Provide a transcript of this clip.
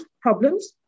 problems